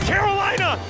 Carolina